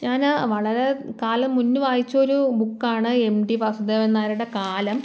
ഞാന് വളരെ കാലം മുന്ന് വായിച്ചൊരു ബുക്കാണ് എം ടി വാസുദേവൻ നായരുടെ കാലം